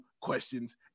questions